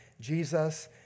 Jesus